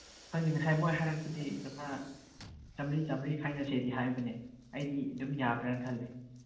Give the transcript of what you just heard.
ꯈꯪꯗꯦ ꯉꯁꯥꯏ ꯃꯣꯏ ꯍꯥꯏꯔꯛꯄꯗꯤ ꯂꯨꯄꯥ ꯆꯝꯃ꯭ꯔꯤ ꯆꯝꯃ꯭ꯔꯤ ꯈꯥꯏꯅꯁꯦꯗꯤ ꯍꯥꯏꯕꯅꯦ ꯑꯩꯗꯤ ꯑꯗꯨꯝ ꯌꯥꯕ꯭ꯔꯥꯅ ꯈꯜꯂꯦ